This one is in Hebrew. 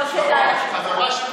אדוני היושב-ראש,